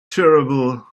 terrible